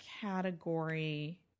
category